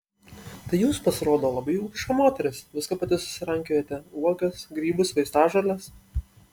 tai jūs pasirodo labai ūkiška moteris viską pati susirankiojate uogas grybus vaistažoles